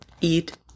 eat